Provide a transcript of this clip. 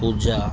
ପୂଜା